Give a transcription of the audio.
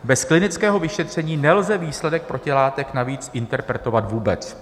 Bez klinického vyšetření nelze výsledek protilátek navíc interpretovat vůbec.